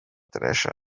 treasure